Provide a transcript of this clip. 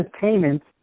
payments